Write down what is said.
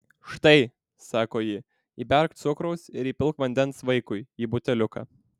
štai sako ji įberk cukraus ir įpilk vandens vaikui į buteliuką